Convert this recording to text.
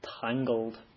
tangled